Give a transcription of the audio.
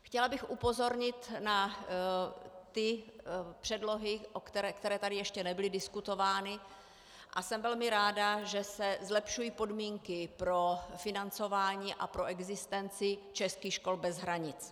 Chtěla bych upozornit na ty předlohy, které tady ještě nebyly diskutovány, a jsem velmi ráda, že se zlepšují podmínky pro financování a pro existenci českých škol bez hranic.